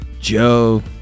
Joe